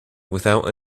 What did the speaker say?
without